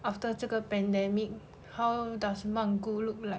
after 这个 pandemic how does 曼谷 look like